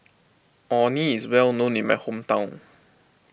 Orh Nee is well known in my hometown